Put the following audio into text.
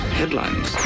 headlines